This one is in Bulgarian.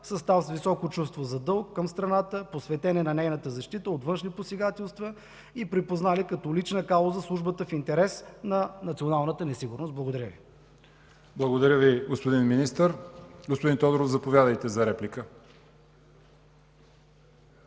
състав с високо чувство за дълг към страната, посветени на нейната защита от външни посегателства и припознали като лична кауза службата в интерес на националната ни сигурност. Благодаря Ви. ПРЕДСЕДАТЕЛ ЯВОР ХАЙТОВ: Благодаря Ви, господин Министър. Господин Тодоров, заповядайте за реплика.